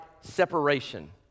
separation